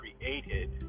created